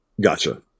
Gotcha